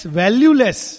valueless